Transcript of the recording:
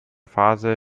phase